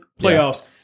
playoffs